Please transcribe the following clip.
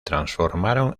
transformaron